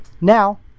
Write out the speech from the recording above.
Now